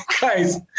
guys